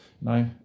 No